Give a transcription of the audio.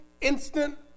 instant